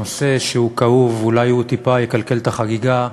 נושא כאוב שאולי טיפה יקלקל את החגיגה,